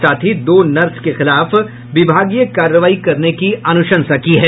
साथ ही दो नर्स के खिलाफ विभागीय कार्रवाई करने की अनुसंशा की है